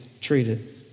treated